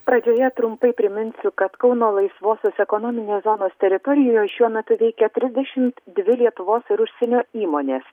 pradžioje trumpai priminsiu kad kauno laisvosios ekonominės zonos teritorijoje šiuo metu veikia trisdešimt dvi lietuvos ir užsienio įmonės